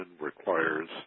requires